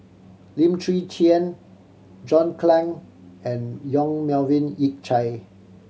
Lim Chwee Chian John Clang and Yong Melvin Yik Chye